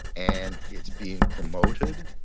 and it's being promoted.